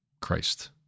Christ